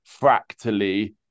fractally